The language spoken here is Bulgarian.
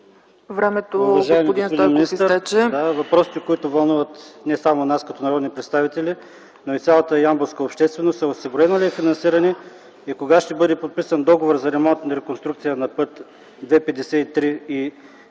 Уважаеми господин министър, въпросите, които вълнуват не само нас като народни представители, но и цялата ямболска общественост са: осигурено ли е финансиране и кога ще бъде подписан договор за ремонт на реконструкция на път ІІ-53 и